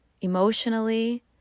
emotionally